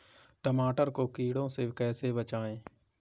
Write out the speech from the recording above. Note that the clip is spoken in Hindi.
टमाटर को कीड़ों से कैसे बचाएँ?